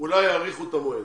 אולי יאריכו את המועד.